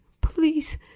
Please